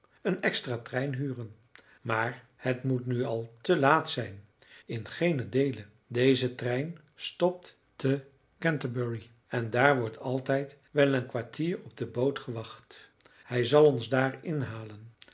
een extra-trein huren maar het moet nu al te laat zijn in geenen deele deze trein stopt te canterbury en daar wordt altijd wel een kwartier op de boot gewacht hij zal ons daar inhalen